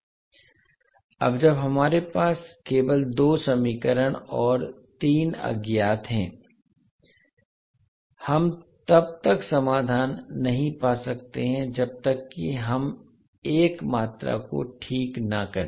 अब जब तक हमारे पास केवल 2 समीकरण और 3 अज्ञात हैं हम तब तक समाधान नहीं पा सकते हैं जब तक कि हम एक मात्रा को ठीक न करें